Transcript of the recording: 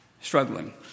struggling